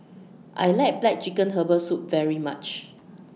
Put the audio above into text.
I like Black Chicken Herbal Soup very much